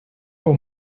for